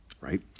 right